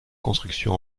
construction